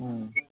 ꯎꯝ